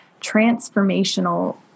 transformational